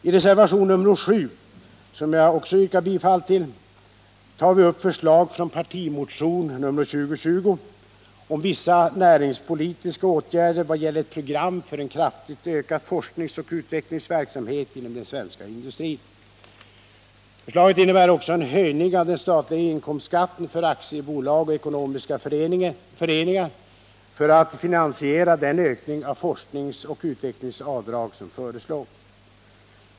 I reservation nr 7 — som jag också yrkar bifall till — tar vi upp förslag från partimotion nr 2020 om vissa näringspolitiska åtgärder vad gäller ett program för en kraftigt ökad forskningsoch utvecklingsverksamhet inom den svenska industrin. Förslaget innebär också en höjning av den statliga inkomstskatten för aktiebolag och ekonomiska föreningar i syfte att finansiera den ökning av forskningsoch utvecklingsavdragen som föreslås.